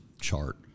chart